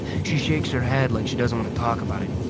she shakes her head like she doesn't want to talk about it,